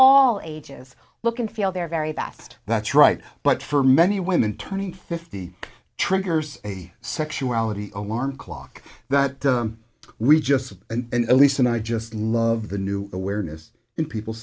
all ages look and feel their very best that's right but for many women turning fifty triggers a sexuality alarm clock that we just end at least and i just love the new awareness in people